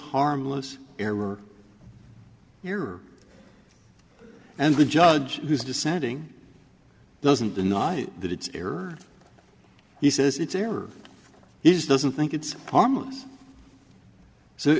harmless error and the judge who's dissenting doesn't deny that it's error he says it's error is doesn't think it's harmless so